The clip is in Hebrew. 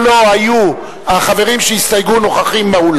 הם ביקשו להוריד את ההסתייגות לעניין שם החוק.